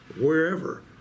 wherever